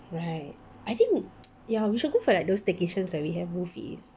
right I think ya we should go for like those staycations where we have buffets